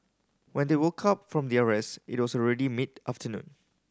when they woke up from their rest it was already mid afternoon